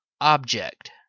Object